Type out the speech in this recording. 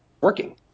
working